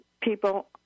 people